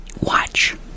Watch